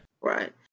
Right